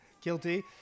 guilty